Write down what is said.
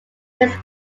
mist